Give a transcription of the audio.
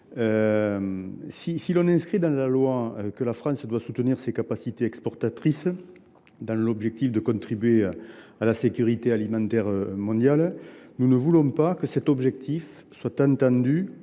Si l’on inscrit dans la loi qu’il faut soutenir les capacités exportatrices de la France, dans l’objectif de contribuer à la sécurité alimentaire mondiale, nous ne voulons pas que cet objectif soit entendu